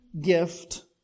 gift